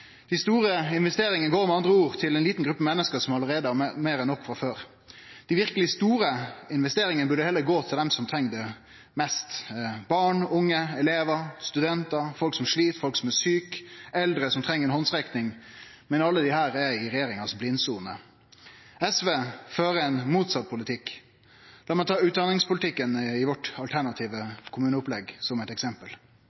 Dei store investeringane går med andre ord til ei lita gruppe menneske som allereie har meir enn nok frå før. Dei verkeleg store investeringane burde heller gå til dei som treng det mest – barn, unge, elevar, studentar, folk som slit, folk som er sjuke, eldre som treng ei handsrekking – men alle desse er i regjeringas blindsone. SV fører ein motsett politikk. Lat meg ta utdanningspolitikken i vårt